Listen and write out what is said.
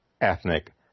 ethnic